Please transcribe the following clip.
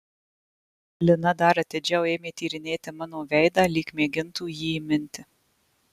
lina dar atidžiau ėmė tyrinėti mano veidą lyg mėgintų jį įminti